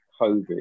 COVID